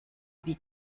wie